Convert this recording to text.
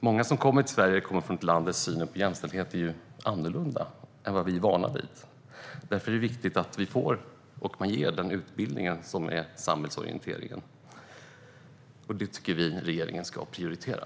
Många som kommer till Sverige kommer från ett land där synen på jämställdhet är annorlunda än vad vi är vana vid. Därför är det viktigt att man ger den utbildning som samhällsorienteringen innebär. Det tycker vi att regeringen ska prioritera.